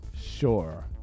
sure